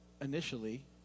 initially